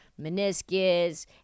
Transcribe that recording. meniscus